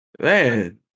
Man